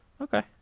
okay